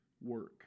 work